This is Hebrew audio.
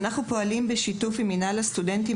אנחנו פועלים בשיתוף עם מינהל הסטודנטים